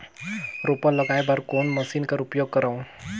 रोपा लगाय बर कोन मशीन कर उपयोग करव?